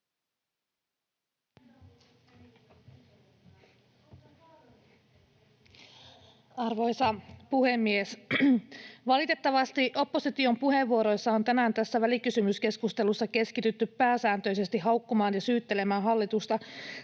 Arvoisa puhemies! Valitettavasti opposition puheenvuoroissa on tänään tässä välikysymyskeskustelussa keskitytty pääsääntöisesti haukkumaan ja syyttelemään hallitusta